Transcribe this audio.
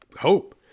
hope